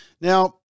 Now